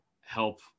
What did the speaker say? help